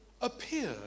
appeared